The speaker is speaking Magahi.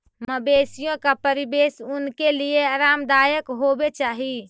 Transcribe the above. मवेशियों का परिवेश उनके लिए आरामदायक होवे चाही